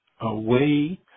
away